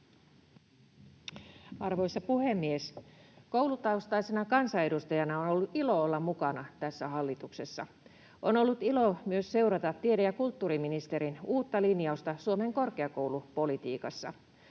Arvoisa puhemies! Koulutaustaisena kansanedustajana on ollut ilo olla mukana tässä hallituksessa. On ollut ilo myös seurata tiede- ja kulttuuriministerin uutta linjausta Suomen korkeakoulupolitiikasta.